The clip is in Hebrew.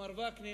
מר וקנין,